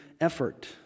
effort